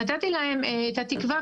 נתתי להם את התקווה,